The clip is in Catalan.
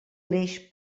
greix